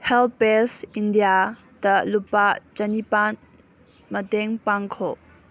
help page ꯏꯟꯗꯤꯌꯥꯗ ꯂꯨꯄꯥ ꯆꯥꯅꯤꯄꯥꯟ ꯃꯇꯦꯡ ꯄꯥꯡꯈꯣ